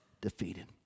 defeated